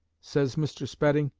says mr. spedding,